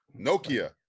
Nokia